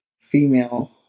female